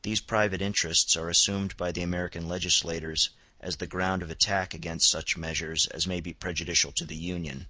these private interests are assumed by the american legislators as the ground of attack against such measures as may be prejudicial to the union,